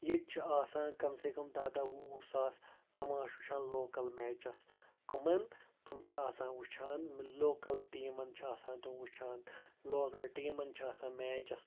ییٚتہِ چھِ آسان کَم سے کَم دَہ دَہ وُہ وُہ ساس تَماش وٕچھان لوکَل میچَس کٕمَن تِم چھِ آسان وٕچھان یِمہٕ لوکَل ٹیٖمَن چھِ آسان تِم وٕچھان لوکَل ٹیٖمَن چھِ آسان میچَس